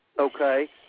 Okay